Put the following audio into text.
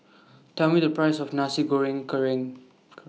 Tell Me The Price of Nasi Goreng Kerang